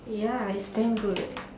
ya it's damn good